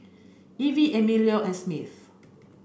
Ivey Emilio and Smith